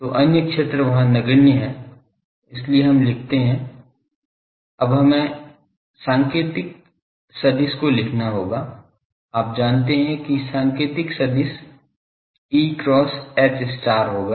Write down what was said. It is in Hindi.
तो अन्य क्षेत्र वहां नगण्य हैं इसलिए हम लिखते हैं अब हमें संकेतिक सदिश को लिखना होगा आप जानते है संकेतिक सदिश E cross H होगा